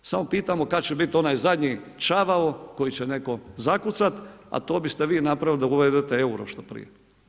Samo pitamo kada će biti onaj zadnji čavao koji će netko zakucati a to biste vi napravili da uvedete euro što prije.